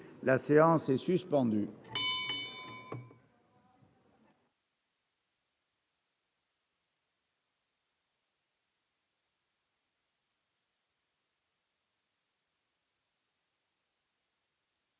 La séance est suspendue.